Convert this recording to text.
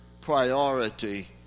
priority